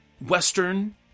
western